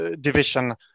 division